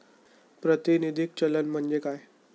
प्रातिनिधिक चलन म्हणजे काय?